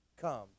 come